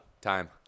time